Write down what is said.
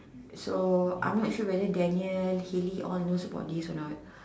so I'm not sure whether Danial Hilly all knows about this or not